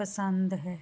ਪਸੰਦ ਹੈ